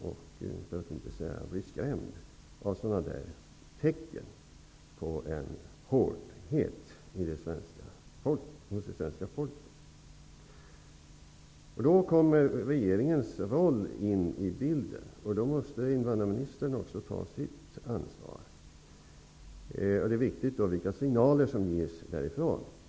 Jag blir skrämd av sådana tecken på en hårdhet hos det svenska folket. Här kommer regeringen in i bilden. Också invandrarministern måste ta sitt ansvar. Det är viktigt vilka signaler som ges från regeringen.